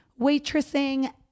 waitressing